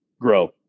grow